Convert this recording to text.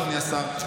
אדוני השר,